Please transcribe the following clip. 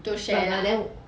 to share lah